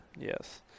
Yes